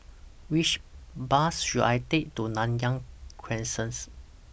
Which Bus should I Take to Nanyang Crescents